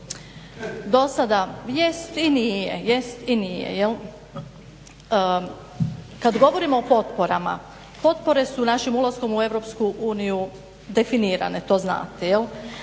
i nije, jest i nije. Kad govorimo o potporama, potpore su našim ulaskom u EU definirane to znate.